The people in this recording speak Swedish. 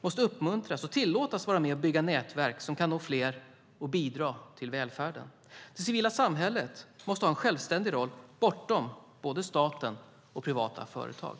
måste uppmuntras och tillåtas vara med och bygga nätverk som kan nå fler och bidra till välfärden. Det civila samhället måste ha en självständig roll, bortom både staten och privata företag.